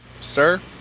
Sir